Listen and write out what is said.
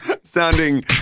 Sounding